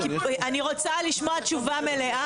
אני רוצה לשמוע תשובה מלאה.